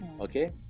okay